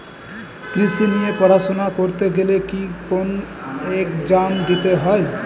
কৃষি নিয়ে পড়াশোনা করতে গেলে কি কোন এগজাম দিতে হয়?